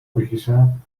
بکشم